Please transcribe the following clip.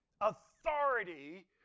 authority